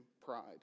pride